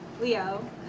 Leo